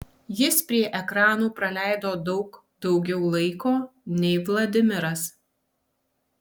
jis prie ekranų praleido daug daugiau laiko nei vladimiras